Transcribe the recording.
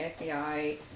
FBI